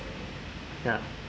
ya